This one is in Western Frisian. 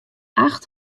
acht